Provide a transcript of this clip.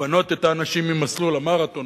לפנות את האנשים ממסלול המרתון.